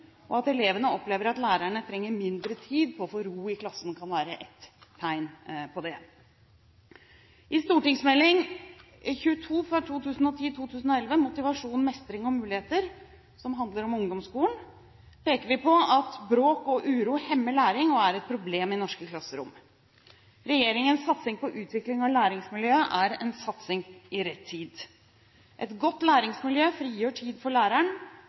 at elevene opplever at lærerne trenger mindre tid på å få ro i klassen, kan være et tegn på det. I Meld. St. 22 for 2010–2011, Motivasjon – Mestring – Muligheter, som handler om ungdomsskolen, pekte vi på at bråk og uro hemmer læring og er et problem i norske klasserom. Regjeringens satsing på utvikling av læringsmiljøet er en satsing i rett tid! Et godt læringsmiljø frigjør tid for læreren